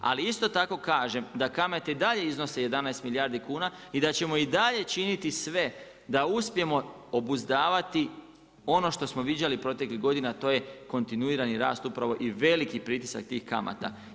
Ali isto tako kažem da kamate i dalje iznose 11 milijardi kuna i da ćemo i dalje činiti sve da uspijemo obuzdavati ono što smo viđali proteklih godina, a to je kontinuirani rast upravo i veliki pritisak tih kamata.